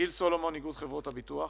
גיל סלומון, איגוד חברות הביטוח.